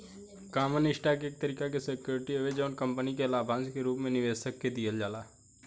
common stock एक तरीका के सिक्योरिटी हवे जवन कंपनी के लाभांश के रूप में निवेशक के दिहल जाला